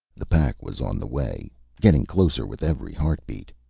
the pack was on the way getting closer with every heartbeat.